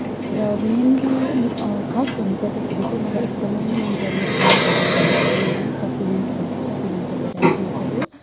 र मेनली खास भन्नुपर्दाखेरि चाहिँ मलाई एकदमै मनपर्ने प्लान्टहरू भनेको चाहिँ यो जुन सकुलेन्ट भन्छ सकुलेन्टको भेराइटिजहरू